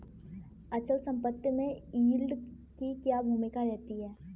अचल संपत्ति में यील्ड की क्या भूमिका रहती है?